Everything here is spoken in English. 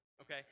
Okay